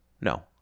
No